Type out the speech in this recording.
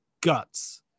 guts